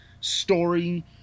story